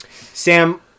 Sam